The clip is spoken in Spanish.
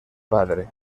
padre